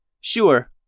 Sure